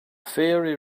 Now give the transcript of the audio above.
fiery